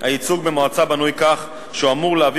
הייצוג במועצה בנוי כך שהוא אמור להביא